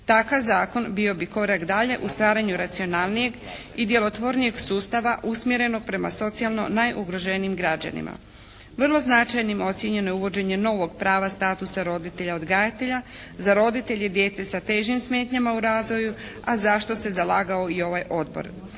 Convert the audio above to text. Takav zakon bio bi korak dalje u stvaranju racionalnijeg i djelotvornijeg sustava usmjerenog prema socijalno najugroženijim građanima. Vrlo značajnim ocijenjeno je uvođenje novog prava statusa roditelja odgajatelja za roditelje djece sa težim smetnjama u razvoju a zašto se zalagao i ovaj odbor.